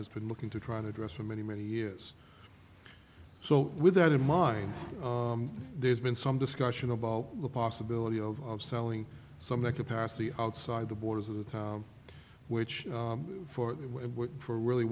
has been looking to try to address for many many years so with that in mind there's been some discussion about the possibility of selling some capacity outside the borders of the time which for for really